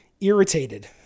irritated